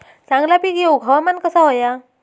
चांगला पीक येऊक हवामान कसा होया?